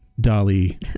Dolly